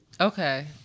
Okay